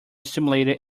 stimulated